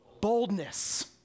boldness